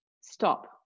stop